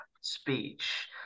speech